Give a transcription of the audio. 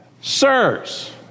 sirs